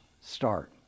start